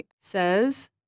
says